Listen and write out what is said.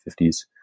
1950s